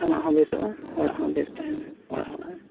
ᱟᱢᱟᱜ ᱦᱚᱸ ᱵᱮᱥᱚᱜᱼᱟ ᱦᱚᱲᱟᱜ ᱦᱚᱸ ᱵᱮᱥ ᱛᱟᱦᱮᱱᱟ ᱚᱲᱟᱜ ᱦᱚᱲᱟᱜ ᱦᱚᱸ